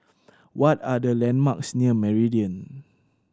what are the landmarks near Meridian